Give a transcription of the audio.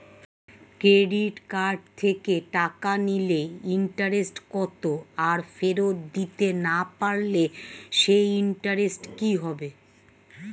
Credit card থেকে টাকা নিলে ইন্টারেস্ট কত আর ফেরত দিতে না পারলে সেই ইন্টারেস্ট কি হবে?